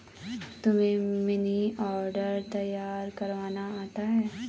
तुम्हें money order तैयार करवाना आता है?